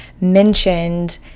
mentioned